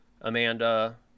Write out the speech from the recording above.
Amanda